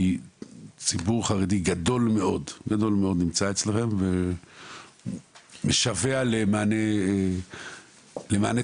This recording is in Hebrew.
כי ציבור חרדי גדול מאוד נמצא אצלכם ומשווע למענה טלפוני.